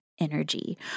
energy